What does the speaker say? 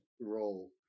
role